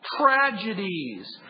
tragedies